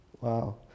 Wow